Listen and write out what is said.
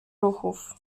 ruchów